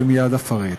שמייד אפרט.